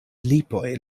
lipoj